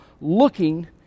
looking